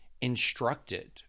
instructed